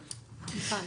מיכל.